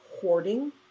hoarding